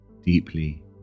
deeply